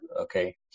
okay